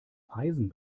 eisen